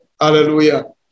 hallelujah